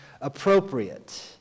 appropriate